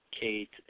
Kate